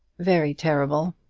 very terrible.